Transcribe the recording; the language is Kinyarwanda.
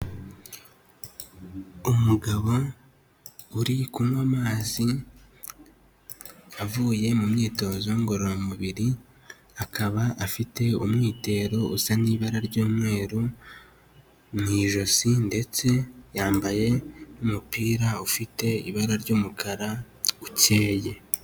Umugabo uri kunywa amazi, avuye mu myitozo ngororamubiri akaba afite umwitero usa n'ibara ry'umweru mu ijosi ndetse yambaye n'umupira ufite ibara ry'umukara ukeye.